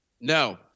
no